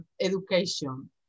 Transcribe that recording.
education